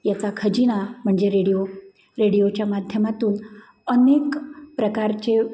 याचा खजिना म्हणजे रेडिओ रेडिओच्या माध्यमातून अनेक प्रकारचे